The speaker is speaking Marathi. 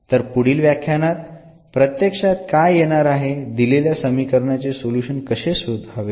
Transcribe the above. तर पुढील व्याख्यानात प्रत्यक्षात काय येणार आहे दिलेल्या समीकरणाचे सोल्युशन कसे शोधावे